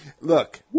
Look